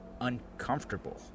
uncomfortable